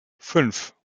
fünf